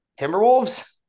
Timberwolves